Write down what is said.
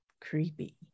creepy